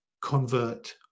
convert